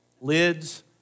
lids